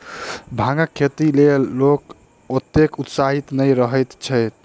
भांगक खेतीक लेल लोक ओतेक उत्साहित नै रहैत छैथ